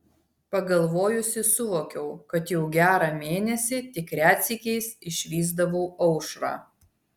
pagalvojusi suvokiau kad jau gerą mėnesį tik retsykiais išvysdavau aušrą